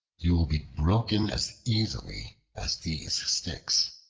you will be broken as easily as these sticks.